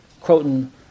quoting